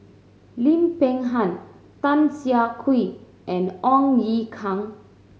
Lim Peng Han Tan Siah Kwee and Ong Ye Kung